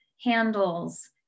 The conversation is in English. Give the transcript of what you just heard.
handles